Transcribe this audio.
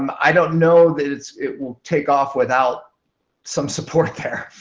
um i don't know that it will take off without some support there.